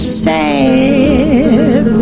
sad